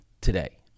today